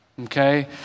Okay